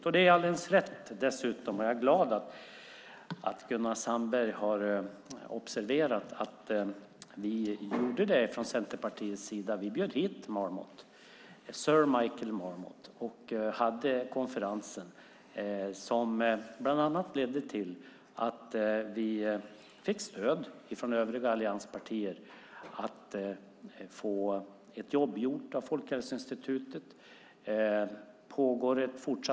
Det är dessutom alldeles rätt, och jag är glad att Gunnar Sandberg har observerat det, att vi i Centerpartiet bjöd hit sir Michael Marmot. Vi hade en konferens som bland annat ledde till att vi fick stöd från övriga allianspartier för att låta Folkhälsoinstitutet göra ett jobb.